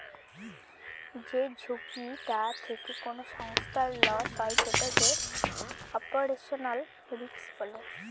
যে ঝুঁকিটা থেকে কোনো সংস্থার লস হয় সেটাকে অপারেশনাল রিস্ক বলে